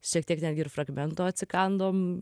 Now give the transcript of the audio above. šiek tiek netgi fragmento atsikandom